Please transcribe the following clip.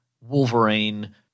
Wolverine